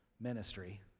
ministry